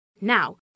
Now